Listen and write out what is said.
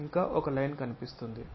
ఇంకా ఒక లైన్ కనిపిస్తుంది